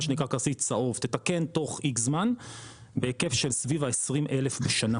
מה שנקרא כרטיס צהוב תתקן תוך X זמן בהיקף של 20,000 לשנה.